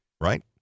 right